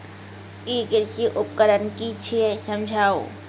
ई कृषि उपकरण कि छियै समझाऊ?